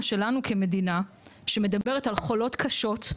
שלנו כמדינה שמדברת על חולות קשות,